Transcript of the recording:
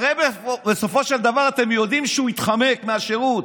הרי בסופו של דבר אתם יודעים שהוא התחמק מהשירות.